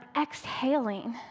exhaling